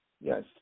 Yes